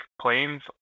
planes